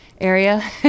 area